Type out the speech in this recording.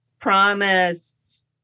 promised